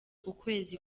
ukwezi